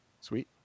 Sweet